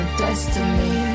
destiny